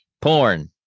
Porn